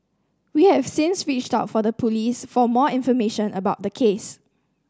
we've since reached out to the Police for more information about the case